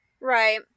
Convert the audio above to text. Right